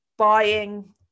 buying